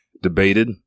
debated